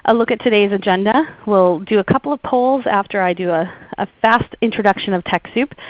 ah look at today's agenda. we'll do a couple of polls after i do ah a fast introduction of techsoup.